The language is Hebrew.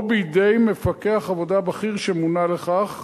או בידי מפקח עבודה בכיר שמונה לכך,